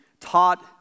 taught